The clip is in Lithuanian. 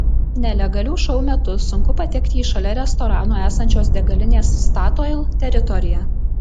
nelegalių šou metu sunku patekti į šalia restorano esančios degalinės statoil teritoriją